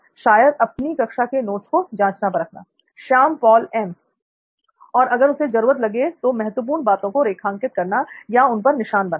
शायद अपनी कक्षा के नोट्स को जांचना परखना l श्याम पॉल एम और अगर उसे जरूरत लगे तो महत्वपूर्ण बातों को रेखांकित करना या उन पर निशान बनाना